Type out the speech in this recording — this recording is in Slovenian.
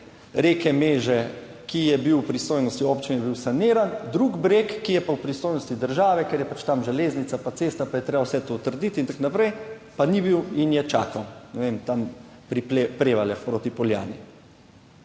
reke Meže, ki je bil v pristojnosti občin, je bil saniran, drug breg, ki je pa v pristojnosti države, ker je pač tam železnica pa cesta, pa je treba vse to trditi in tako naprej, pa ni bil in je čakal, ne vem, tam pri Prevaljah proti Poljani.